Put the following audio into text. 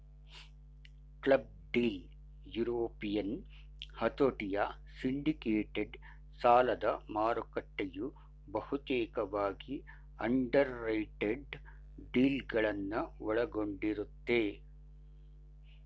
club deal European ಹತೋಟಿಯ syndicated ಸಾಲದಮಾರುಕಟ್ಟೆಯು ಬಹುತೇಕವಾಗಿ ಅಂಡರ್ರೈಟೆಡ್ ಡೀಲ್ಗಳನ್ನ ಒಳಗೊಂಡಿರುತ್ತೆ